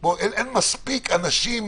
בשביל זה נכנסנו גם למספרים בעסקים,